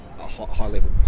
High-level